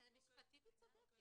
--- משפטית היא צודקת.